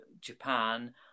Japan